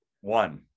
One